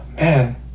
man